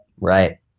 right